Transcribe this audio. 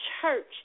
church